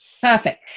perfect